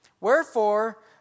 Wherefore